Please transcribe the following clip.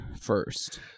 first